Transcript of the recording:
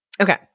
Okay